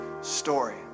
story